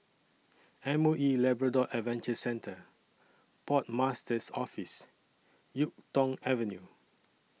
M O E Labrador Adventure Centre Port Master's Office Yuk Tong Avenue